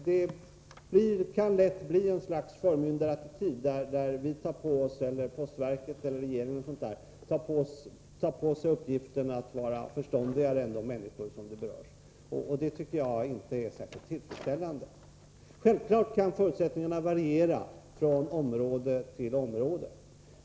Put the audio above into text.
Det kan lätt bli ett slags förmyndarattityd, där postverket eller regeringen tar på sig uppgiften att vara förståndigare än de människor som berörs, och det tycker jag inte är särskilt tillfredsställande. Självfallet kan förutsättningarna variera från område till område.